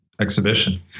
exhibition